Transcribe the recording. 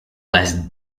less